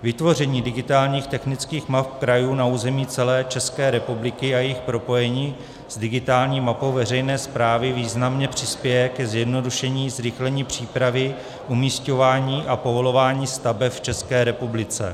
Vytvoření digitálních technických map krajů na území celé České republiky a jejich propojení s digitální mapou veřejné správy významně přispěje ke zjednodušení a zrychlení přípravy umísťování a povolování staveb v České republice.